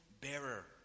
bearer